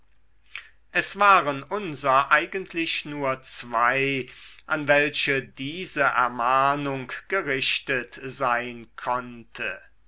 es waren unser eigentlich nur zwei an welche diese ermahnung gerichtet sein konnte